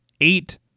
eight